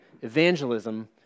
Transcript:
evangelism